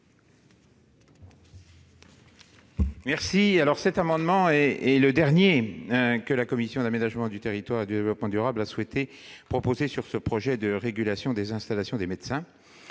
n° 423. Cet amendement est le dernier que la commission de l'aménagement du territoire et du développement durable a souhaité proposer sur ce projet de régulation des installations des médecins